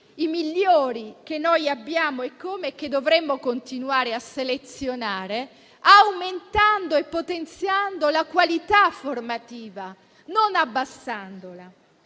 i migliori che noi abbiamo e che dovremmo continuare a selezionare, aumentando e potenziando la qualità formativa, non abbassandola.